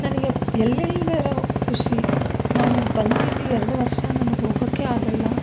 ನನಗೆ ಎಲ್ಲಿಲ್ದಿರೋ ಖುಷಿ ನಾನು ಬಂದಿಲ್ಲಿ ಎರಡು ವರ್ಷ ನನಗೆ ಹೋಗೋಕ್ಕೆ ಆಗೋಲ್ಲ